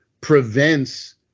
prevents